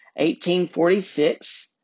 1846